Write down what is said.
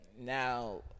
now